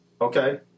okay